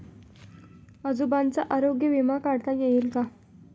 आजोबांचा आरोग्य विमा काढता येईल का?